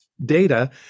data